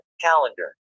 calendar